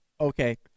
Okay